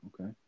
Okay